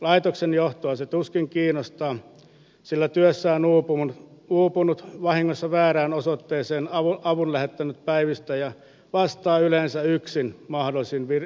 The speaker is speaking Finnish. laitoksen johtoa se tuskin kiinnostaa sillä työssään uupunut vahingossa väärään osoitteeseen avun lähettänyt päivystäjä vastaa yleensä yksin mahdollisiin virkavirhesyytöksiin